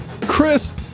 Chris